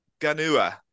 Ganua